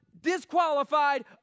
disqualified